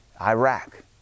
Iraq